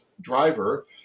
driver